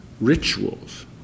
rituals